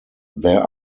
there